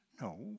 No